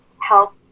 help